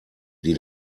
die